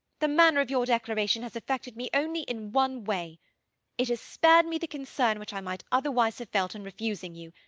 the manner of your declaration has affected me only in one way it has spared me the concern which i might otherwise have felt in refusing you,